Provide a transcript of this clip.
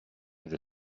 with